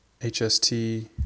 HST